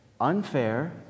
unfair